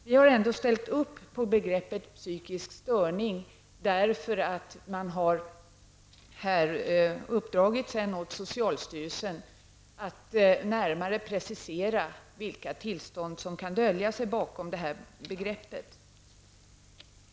Vi har ändå ställt upp på begreppet psykisk störning, därför att man sedan har uppdragit åt socialstyrelsen att närmare precisera vilka tillstånd som kan dölja sig bakom det begreppet.